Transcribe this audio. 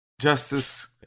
justice